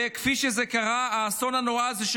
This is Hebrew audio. וכפי שקרה האסון הנורא הזה,